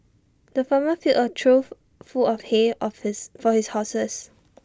the farmer filled A trough full of hay of his for his horses